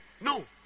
No